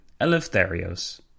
Eleftherios